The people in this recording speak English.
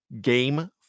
game